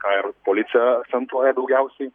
ką ir policija akcentuoja daugiausiai